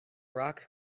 rock